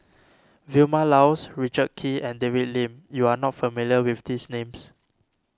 Vilma Laus Richard Kee and David Lim you are not familiar with these names